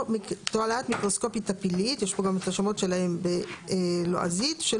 או תועלת מיקרוסקופית טפילית (microscopic parasitic helminths),